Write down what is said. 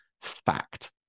fact